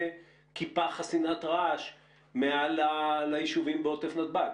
כיפה חסינת רעש מעל ליישובים בעוטף נתב"ג?